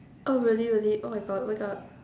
oh really really oh my god oh my god